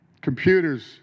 Computers